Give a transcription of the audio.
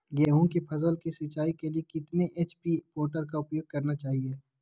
गेंहू की फसल के सिंचाई के लिए कितने एच.पी मोटर का उपयोग करना चाहिए?